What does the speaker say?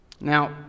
Now